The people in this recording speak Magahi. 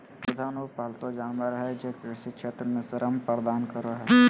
पशुधन उ पालतू जानवर हइ जे कृषि क्षेत्र में श्रम प्रदान करो हइ